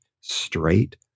straight